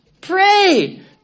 Pray